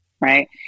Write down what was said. Right